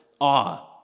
awe